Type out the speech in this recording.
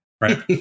right